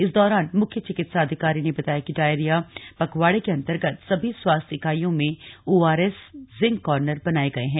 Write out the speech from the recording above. इस दौरान मुख्य चिकित्सा अधिकारी ने बताया कि डायरिया पखवाड़े के अंतर्गत सभी स्वास्थ्य इकाईयों में O R S zinc corner बनाए गए हैं